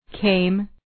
Came